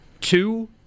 two